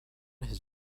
his